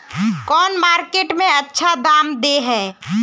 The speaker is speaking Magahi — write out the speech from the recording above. कौन मार्केट में अच्छा दाम दे है?